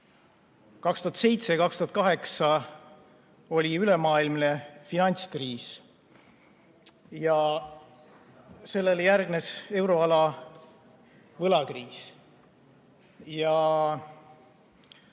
2007–2008 oli ülemaailmne finantskriis ja sellele järgnes euroala võlakriis.